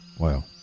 wow